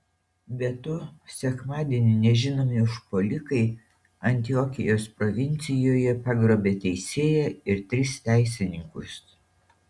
be to sekmadienį nežinomi užpuolikai antiokijos provincijoje pagrobė teisėją ir tris teisininkus